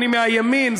אני מהימין.